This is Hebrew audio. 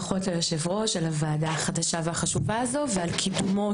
ברכות ליושב-ראש על הוועדה החדשה והחשובה הזו ועל קידומה